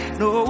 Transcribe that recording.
no